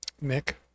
Nick